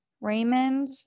Raymond